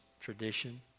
tradition